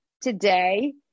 today